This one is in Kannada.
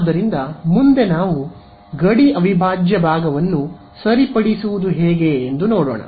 ಆದ್ದರಿಂದ ಮುಂದೆ ನಾವು ಗಡಿ ಅವಿಭಾಜ್ಯ ಭಾಗವನ್ನು ಸರಿಪಡಿಸುವುದು ಹೇಗೆ ಎಂದು ನೋಡೋಣ